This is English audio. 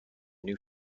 new